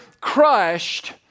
crushed